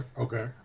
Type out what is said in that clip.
okay